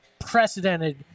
unprecedented